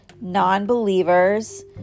non-believers